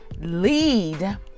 lead